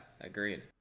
agreed